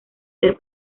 ser